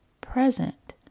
present